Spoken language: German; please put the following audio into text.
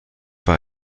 war